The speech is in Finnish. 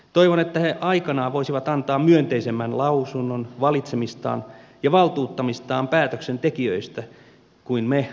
toivon että he aikanaan voisivat antaa myönteisemmän lausunnon valitsemistaan ja valtuuttamistaan päätöksentekijöistä kuin me omistamme